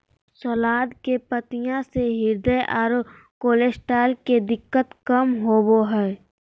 सलाद के पत्तियाँ से हृदय आरो कोलेस्ट्रॉल के दिक्कत कम होबो हइ